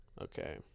okay